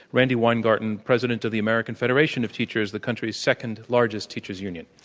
randi weingarten, president of the american federation of teachers, the country's second largest teachers' union.